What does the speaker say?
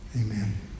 Amen